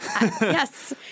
yes